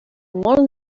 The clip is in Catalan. molt